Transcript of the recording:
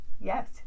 Yes